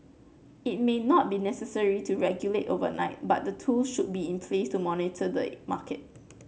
it may not be necessary to regulate overnight but the tool should be in place to monitor the market